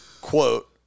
quote